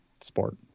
sport